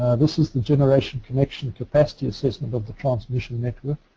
this is the generation connection capacity assessment of the transmission network.